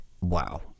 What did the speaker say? Wow